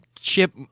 chip